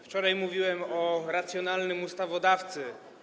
Wczoraj mówiłem o racjonalnym ustawodawcy.